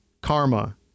karma